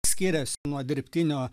skirias nuo dirbtinio